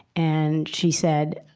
and she said,